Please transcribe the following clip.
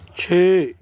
ਛੇ